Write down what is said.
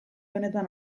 honetan